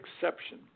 exception